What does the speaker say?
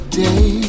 day